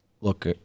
look